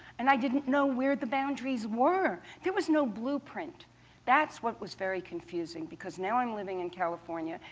and i didn't know where the boundaries were. there was no blueprint that's what was very confusing. because now i'm living in california,